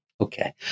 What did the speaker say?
Okay